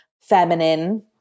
feminine